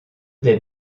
des